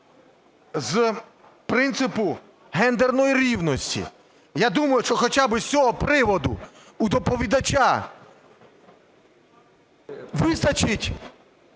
з принципу гендерної рівності. Я думаю, що хоча би з цього приводу у доповідача вистачить